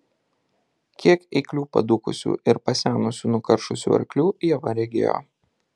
kiek eiklių padūkusių ir pasenusių nukaršusių arklių ieva regėjo